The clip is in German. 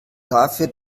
dafür